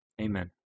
Amen